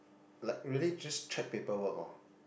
like really just track paperwork orh